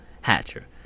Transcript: Hatcher